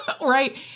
right